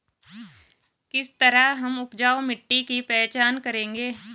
किस तरह हम उपजाऊ मिट्टी की पहचान करेंगे?